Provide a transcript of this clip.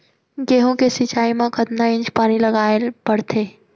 गेहूँ के सिंचाई मा कतना इंच पानी लगाए पड़थे?